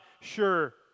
sure